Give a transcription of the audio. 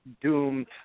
doomed